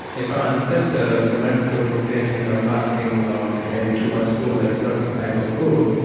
if our ancestors went through famine or fasting or maybe too much food, a certain type of food,